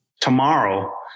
tomorrow